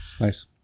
Nice